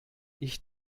ich